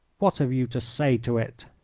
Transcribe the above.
what have you to say to it?